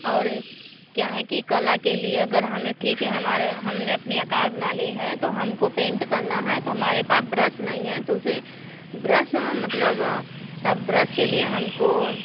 और क्या है कि कला के लिए अगर हमें ठीक है हमारे हम ने अपना आकार बना लिया है तो हम को पेंट करना है तो हमारे पास ब्रस नहीं हैं तो उसे ब्रस मतलब तब ब्रस के लिए हम को